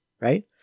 right